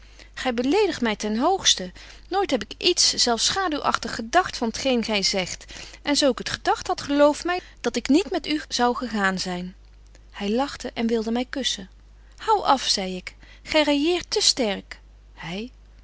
gy beledigt my ten hoogsten nooit heb ik iets zelf schaduwagtig gedagt van t geen gy zegt en zo ik het gedagt had geloof my dat ik niet met u zou gegaan zyn hy lachte en wilde my kusschen hou af zei ik gy railleert te sterk hy